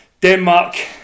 Denmark